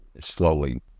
slowly